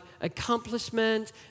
accomplishment